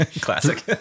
classic